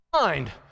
mind